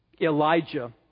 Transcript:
Elijah